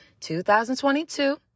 2022